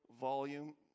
volume